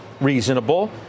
reasonable